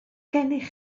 gennych